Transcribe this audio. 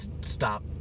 stop